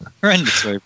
horrendous